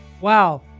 Wow